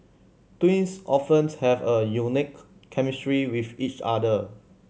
twins often have a unique chemistry with each other